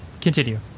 continue